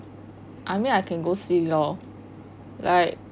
I mean I can go see lor like